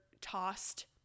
tossed